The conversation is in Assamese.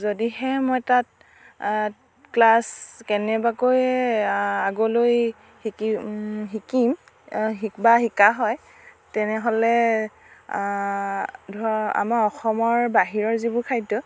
যদিহে মই তাত ক্লাছ কেনেবাকৈয়ে আগলৈ শিকিম শিকিম বা শিকা হয় তেনেহ'লে ধৰ আমাৰ অসমৰ বাহিৰৰ যিবোৰ খাদ্য়